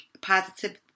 positive